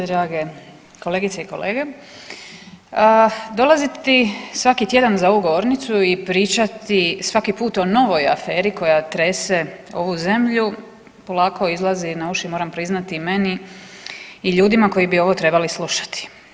Drage kolegice i kolege, dolaziti svaki tjedan za ovu govornicu i pričati svaki put o novoj aferi koja trese ovu zemlju polako izlazi na uši moram priznati i meni i ljudima koji bi ovo trebali slušati.